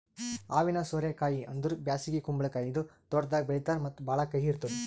ಹಾವಿನ ಸೋರೆ ಕಾಯಿ ಅಂದುರ್ ಬ್ಯಾಸಗಿ ಕುಂಬಳಕಾಯಿ ಇದು ತೋಟದಾಗ್ ಬೆಳೀತಾರ್ ಮತ್ತ ಭಾಳ ಕಹಿ ಇರ್ತುದ್